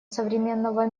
современного